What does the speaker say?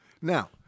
Now